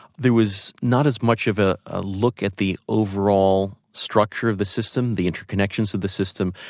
there was not as much of ah a look at the overall structure of the system, the interconnections of the system,